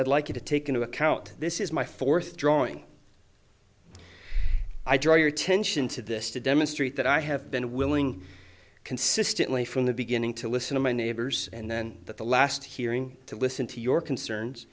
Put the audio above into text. i'd like you to take into account this is my fourth drawing i draw your attention to this to demonstrate that i have been willing consistently from the beginning to listen to my neighbors and then that the last hearing to listen to your concerns